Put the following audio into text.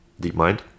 DeepMind